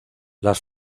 las